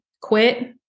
quit